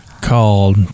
called